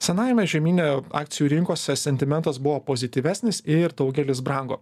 senajame žemyne akcijų rinkose sentimentas buvo pozityvesnis ir daugelis brango